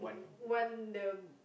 one the